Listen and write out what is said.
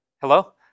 Hello